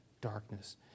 darkness